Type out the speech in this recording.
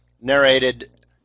narrated